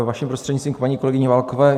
Vaším prostřednictvím k paní kolegyni Válkové.